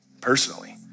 personally